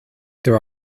there